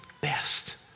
best